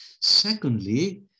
Secondly